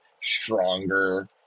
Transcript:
stronger